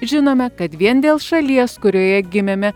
žinome kad vien dėl šalies kurioje gimėme